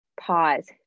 pause